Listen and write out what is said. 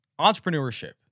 entrepreneurship